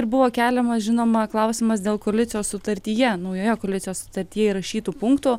ir buvo keliamas žinoma klausimas dėl koalicijos sutartyje naujoje koalicijos sutartyje įrašytų punktų